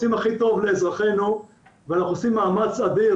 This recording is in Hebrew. רוצים הכי טוב לאזרחינו ואנחנו עושים מאמץ אדיר.